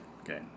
okay